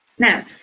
Now